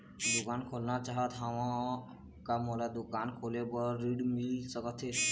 दुकान खोलना चाहत हाव, का मोला दुकान खोले बर ऋण मिल सकत हे?